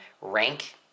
rank